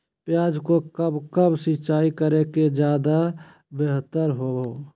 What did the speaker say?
प्याज को कब कब सिंचाई करे कि ज्यादा व्यहतर हहो?